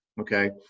Okay